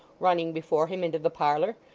running before him into the parlour.